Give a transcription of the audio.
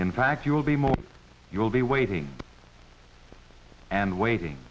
in fact you will be more you will be waiting and waiting